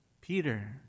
Peter